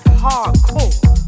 hardcore